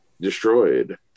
destroyed